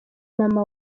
mama